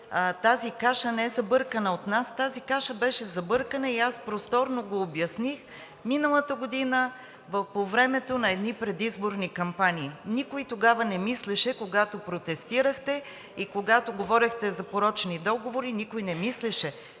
Тази каша не е забъркана от нас, тази каша беше забъркана и аз просторно обясних – миналата година по времето на едни предизборни кампании. Никой тогава не мислеше, когато протестирахте и когато говорехте за порочни договори, никой не мислеше,